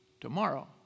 Tomorrow